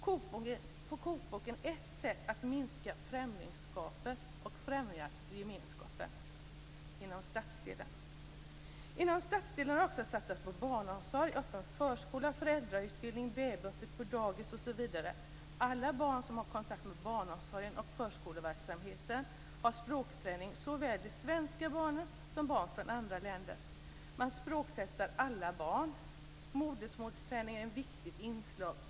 Kokboken är ett sätt att minska främlingskapet och främja gemenskapen inom stadsdelen. Inom stadsdelen har man också satsat på barnomsorg, öppen förskola, föräldrautbildning, babyöppet på dagis osv. Alla barn som har kontakt med barnomsorgen och förskoleverksamheten har språkträning, såväl de svenska barnen som barn från andra länder. Man språktestar alla barn. Modersmålsträning är ett viktigt inslag.